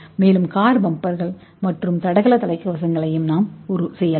மேலும் கார் பம்பர்கள் மற்றும் தடகள தலைக்கவசங்களையும் செய்யலாம்